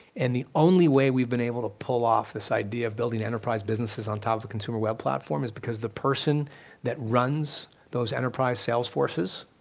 and the only way we've been able to pull off this idea of building enterprise businesses on top of a consumer web platform is because the person that runs those enterprise sales forces,